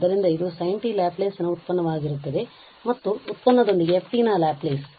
ಆದ್ದರಿಂದ ಇದು sin t Laplace ನ ಉತ್ಪನ್ನವಾಗಿರುತ್ತದೆ ಮತ್ತು ಉತ್ಪನ್ನದೊಂದಿಗೆ f ನ ಲ್ಯಾಪ್ಲೇಸ್